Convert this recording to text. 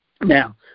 Now